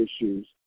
issues